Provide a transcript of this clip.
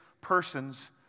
persons